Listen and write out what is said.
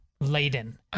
laden